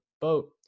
boat